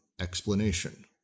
explanation